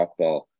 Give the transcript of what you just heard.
softball